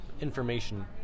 information